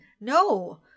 No